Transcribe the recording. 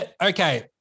Okay